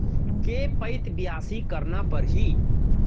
के पइत बियासी करना परहि?